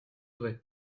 vrai